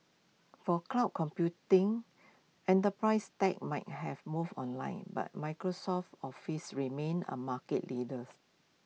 for cloud computing enterprise tech might have moved online but Microsoft's office remains A market leaders